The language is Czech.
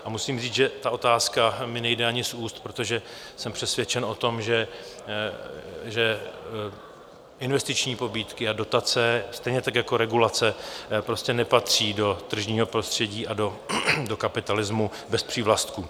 A musím říct, že ta otázka mi nejde ani z úst, protože jsem přesvědčen o tom, že investiční pobídky a dotace, stejně tak jako regulace, prostě nepatří do tržního prostředí a do kapitalismu bez přívlastků.